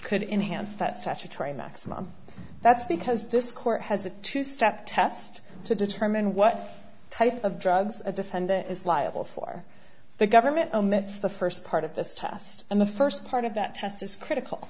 could enhance that statutory maximum that's because this court has to step test to determine what type of drugs the defendant is liable for the government omits the first part of this test and the first part of that test is critical